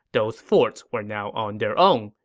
those forts were now on their own,